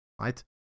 right